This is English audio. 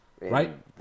Right